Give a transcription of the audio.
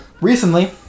recently